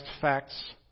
facts